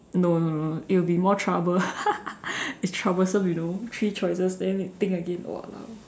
no no no it will be more trouble troublesome you know three choices than need to think again !walao!